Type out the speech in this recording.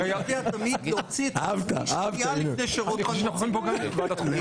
אני יודע תמיד להוציא את עצמי שנייה לפני שרוטמן מוציא אותי.